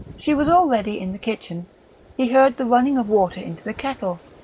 she was already in the kitchen he heard the running of water into the kettle.